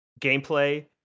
gameplay